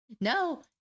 No